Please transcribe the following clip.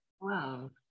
Wow